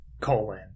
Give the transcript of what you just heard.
colon